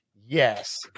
Yes